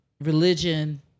religion